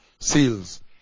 seals